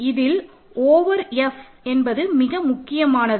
இதில் over F என்பது மிக முக்கியமானது